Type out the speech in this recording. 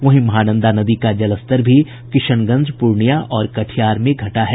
वहीं महानंदा नदी का जलस्तर भी किशनगंज प्रर्णिया और कटिहार में घटा है